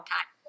Time